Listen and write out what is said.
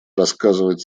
рассказывать